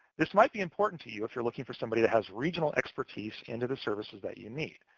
this might be important to you if you're looking for somebody that has regional expert tastes into the services that you need,